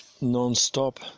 non-stop